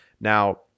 Now